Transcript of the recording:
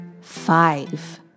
Five